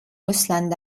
russland